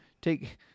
Take